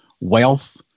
wealth